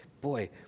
boy